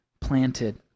planted